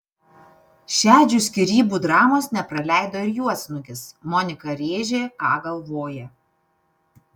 šedžių skyrybų dramos nepraleido ir juodsnukis monika rėžė ką galvoja